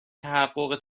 تحقق